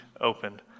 opened